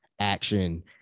action